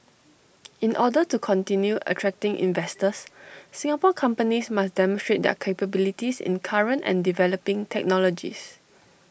in order to continue attracting investors Singapore companies must demonstrate their capabilities in current and developing technologies